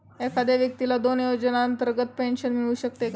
एखाद्या व्यक्तीला दोन योजनांतर्गत पेन्शन मिळू शकते का?